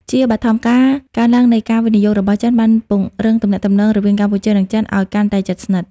ជាបឋម ការកើនឡើងនៃការវិនិយោគរបស់ចិនបានពង្រឹងទំនាក់ទំនងរវាងកម្ពុជា និងចិន ឲ្យកាន់តែជិតស្និទ្ធ។